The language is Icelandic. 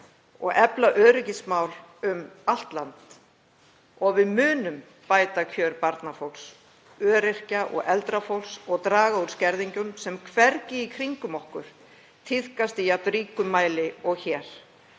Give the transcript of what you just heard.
og efla öryggismál um land allt. Og við munum bæta kjör barnafólks, öryrkja og eldra fólks og draga úr skerðingum sem hvergi í kringum okkur tíðkast í jafn ríkum mæli og hér.